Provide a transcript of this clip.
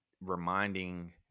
reminding